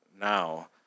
now